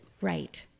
right